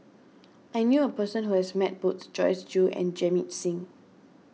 I knew a person who has met both Joyce Jue and Jamit Singh